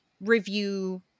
review